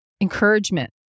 Encouragement